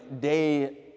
day